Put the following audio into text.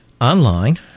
online